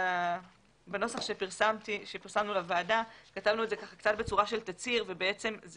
בנוסח שפרסמנו כתבנו את זה בצורה של תצהיר ובעצם זה